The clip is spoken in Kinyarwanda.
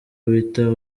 bita